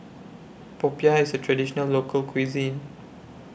Popiah IS A Traditional Local Cuisine